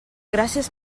gràcies